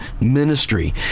ministry